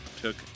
took